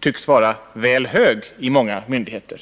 tycks vara väl hög vid många myndigheter.